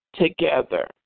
together